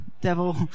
devil